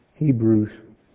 Hebrews